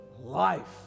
life